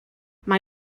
mae